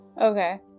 Okay